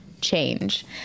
change